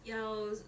要